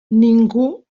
ningú